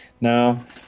Now